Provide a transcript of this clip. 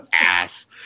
Ass